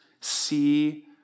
see